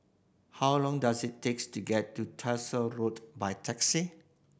how long does it takes to get to Tyersall Road by taxi